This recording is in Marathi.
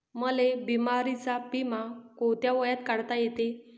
मले बिमारीचा बिमा कोंत्या वयात काढता येते?